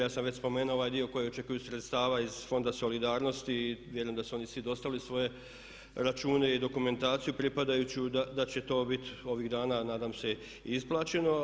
Ja sam već spomenuo ovaj dio koji očekuju sredstva iz Fonda solidarnosti i vjerujem da su oni svi dostavili svoje račune i dokumentaciju pripadajuću, da će to bit ovih dana nadam se isplaćeno.